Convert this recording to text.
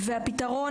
והפתרון,